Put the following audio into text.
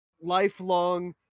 lifelong